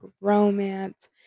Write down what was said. romance